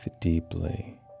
deeply